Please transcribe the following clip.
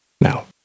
Now